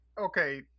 Okay